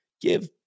give